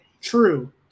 True